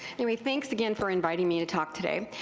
anyway, thanks again for inviting me to talk today.